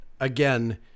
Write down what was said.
again